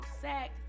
sex